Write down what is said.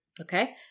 Okay